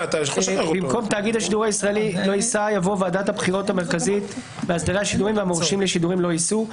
במקום "תאגיד השידור הישראלי לא יגבה" יבוא "המורשים לשידורים לא יגבו".